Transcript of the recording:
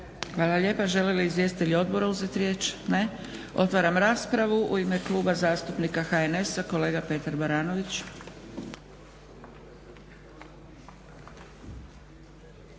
Hvala lijepa. Žele li izvjestitelji odbora uzeti riječ? Ne. Otvaram raspravu. U ime Kluba zastupnika HNS-a kolega Petar Baranović.